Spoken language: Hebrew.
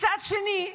מצד שני,